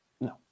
no